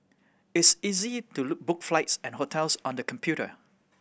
it's easy to look book flights and hotels on the computer